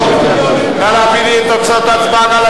נא להביא לי את תוצאות ההצבעה.